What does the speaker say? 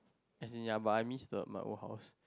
as in ya but I miss the my old house